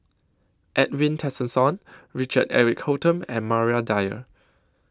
Edwin Tessensohn Richard Eric Holttum and Maria Dyer